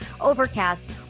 Overcast